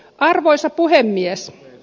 arvoisa puhemies